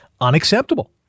unacceptable